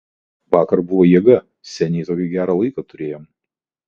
vakar buvo jėga seniai tokį gerą laiką turėjom